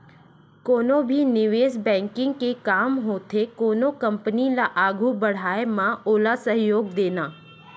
कोनो भी निवेस बेंकिग के काम होथे कोनो कंपनी ल आघू बड़हाय म ओला सहयोग देना